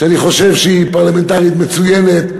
שאני חושב שהיא פרלמנטרית מצוינת,